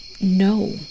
No